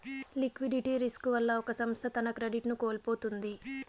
liquidity risk వల్ల ఒక సంస్థ తన క్రెడిట్ ను కోల్పోతుంది